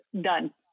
Done